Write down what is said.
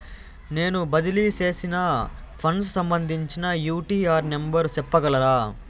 నేను బదిలీ సేసిన ఫండ్స్ సంబంధించిన యూ.టీ.ఆర్ నెంబర్ సెప్పగలరా